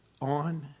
on